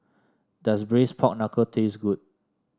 does Braised Pork Knuckle taste good